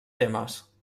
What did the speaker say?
temes